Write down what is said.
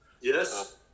yes